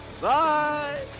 Bye